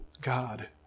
God